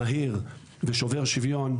מהיר ושובר שוויון,